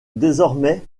désormais